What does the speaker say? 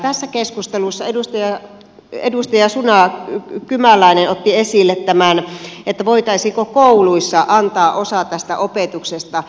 tässä keskustelussa edustaja suna kymäläinen otti esille tämän että voitaisiinko kouluissa antaa osa tästä opetuksesta